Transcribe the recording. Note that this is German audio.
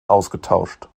ausgetauscht